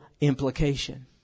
implication